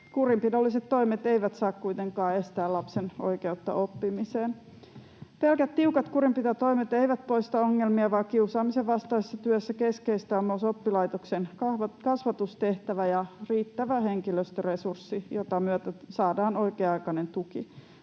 Kurinpidolliset toimet eivät saa kuitenkaan estää lapsen oikeutta oppimiseen. Pelkät tiukat kurinpitotoimet eivät poista ongelmia, vaan kiusaamisen vastaisessa työssä keskeistä on myös oppilaitoksen kasvatustehtävä ja riittävä henkilöstöresurssi, jonka myötä saadaan oikea-aikainen tuki.